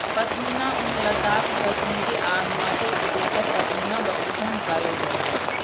पश्मीना ऊन लद्दाख, कश्मीर आ हिमाचल प्रदेशक पश्मीना बकरी सं निकालल जाइ छै